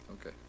Okay